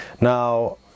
Now